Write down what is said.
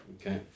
Okay